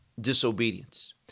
disobedience